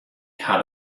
had